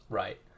right